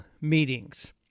meetings